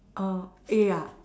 orh eh ya